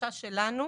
החשש שלנו,